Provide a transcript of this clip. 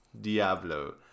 Diablo